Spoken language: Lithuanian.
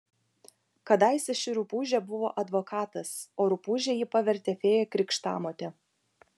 kadaise ši rupūžė buvo advokatas o rupūže jį pavertė fėja krikštamotė